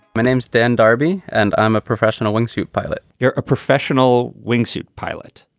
my name's dan darby and i'm a professional wingsuit pilot. you're a professional wingsuit pilot?